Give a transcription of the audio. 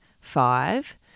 five